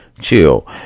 Chill